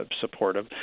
supportive